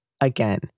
Again